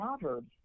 Proverbs